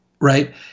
right